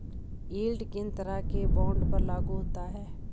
Yield किन तरह के बॉन्ड पर लागू होता है?